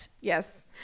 yes